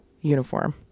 uniform